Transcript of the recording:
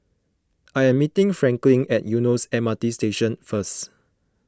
I am meeting Franklin at Eunos M R T Station first